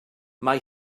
mae